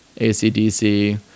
ACDC